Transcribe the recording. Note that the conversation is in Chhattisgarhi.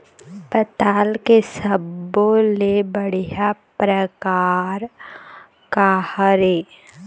पताल के सब्बो ले बढ़िया परकार काहर ए?